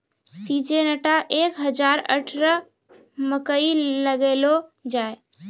Syngenta एक हजार अठारह मकई लगैलो जाय?